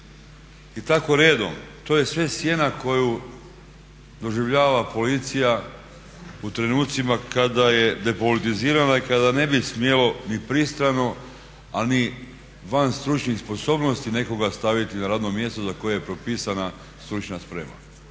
i tako redom. To je sve sjena koju doživljava policija u trenucima kada je depolitizirana i kada ne bi smjelo ni pristrano a ni van stručnih sposobnosti nekoga staviti na radno mjesto za koje je propisana stručna sprema.